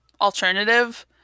alternative